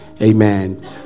Amen